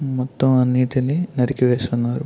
మొత్తం అన్నిటినీ నరికివేస్తున్నారు